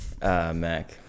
Mac